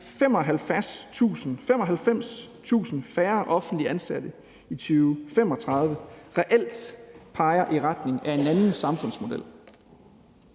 med 95.000 færre offentligt ansatte i 2035 reelt peger i retning af en anden samfundsmodel.